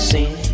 Seen